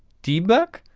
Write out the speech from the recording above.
debug,